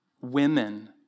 Women